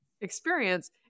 experience